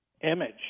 image